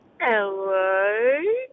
Hello